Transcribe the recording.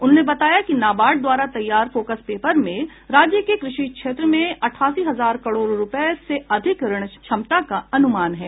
उन्होंने बताया कि नाबार्ड द्वारा तैयार फोकस पेपर में राज्य के कृषि क्षेत्र में अठासी हजार करोड रुपये से अधिक ऋण क्षमता का अनुमान है